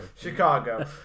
Chicago